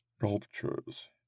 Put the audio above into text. Sculptures